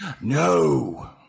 No